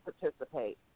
participate